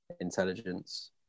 intelligence